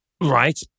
Right